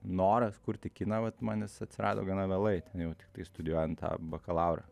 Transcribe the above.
noras kurti kiną vat man jis atsirado gana vėlai ten jau tiktai studijuojant tą bakalaurą